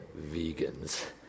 Vegans